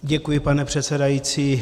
Děkuji, pane předsedající.